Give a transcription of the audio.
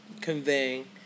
conveying